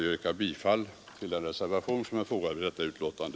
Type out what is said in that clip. Jag yrkar bifall till den reservation som är fogad till detta betänkande.